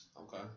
Okay